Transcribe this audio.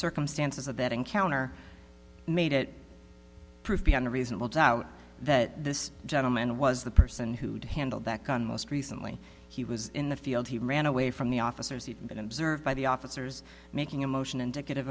circumstances of that encounter made it proof beyond a reasonable doubt that this gentleman was the person who'd handled that gun most recently he was in the field he ran away from the officers he'd been observed by the officers making a motion indicative